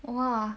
!wah!